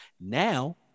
Now